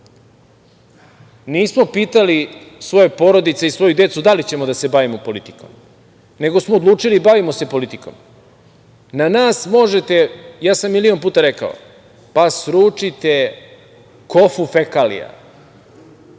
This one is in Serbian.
Nismo pitali svoje porodice i svoju decu da li će da se bavimo politikom, nego smo odlučili i bavimo se politikom. Na nas možete, ja sam milion puta rekao, pa sručite kofu fekalija,